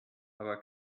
aber